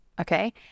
Okay